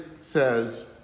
says